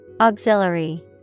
Auxiliary